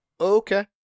Okay